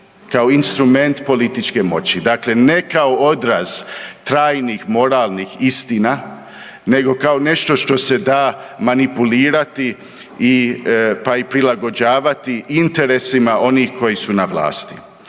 kao instrument političke moći. Dakle, ne kao odraz trajnih moralnih istina nego kao nešto što se da manipulirati, pa i prilagođavati interesima onih koji su na vlasti.